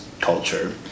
culture